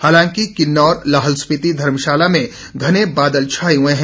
हालांकि किन्नौर लाहुल स्पिति धर्मशाला में घने बादल छाए हुए हैं